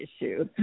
issue